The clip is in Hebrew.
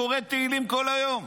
קורא תהילים כל היום.